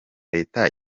leta